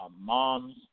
moms